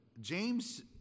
James